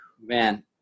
Man